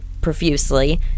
profusely